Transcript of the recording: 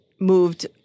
moved